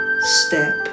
step